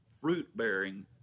fruit-bearing